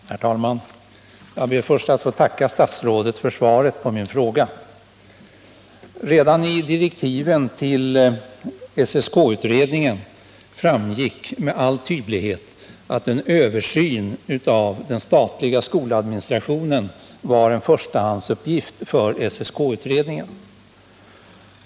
Herr talman! Jag ber först att få tacka statsrådet för svaret på min fråga. Redan i direktiven till SSK-utredningen framgick med all tydlighet att en översyn av den statliga skoladministrationen var en förstahandsuppgift för SSK-utredningen.